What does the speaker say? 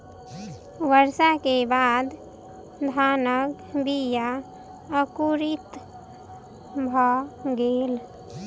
वर्षा के बाद धानक बीया अंकुरित भअ गेल